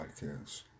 podcast